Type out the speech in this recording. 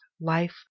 life